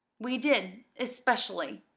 we did especially,